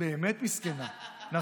באמת מסכנה, נכון.